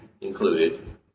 included